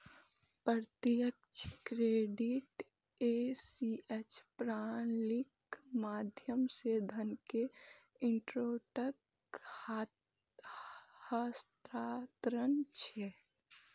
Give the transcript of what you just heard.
प्रत्यक्ष credit ACH प्रणालीक माध्यम सं धन के इलेक्ट्रिक हस्तांतरण छियै